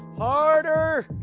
harder,